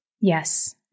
Yes